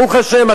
ברוך השם,